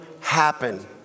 happen